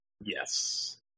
Yes